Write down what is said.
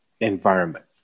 environment